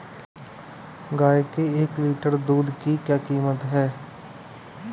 गाय के एक लीटर दूध की क्या कीमत है?